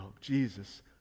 Jesus